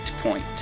point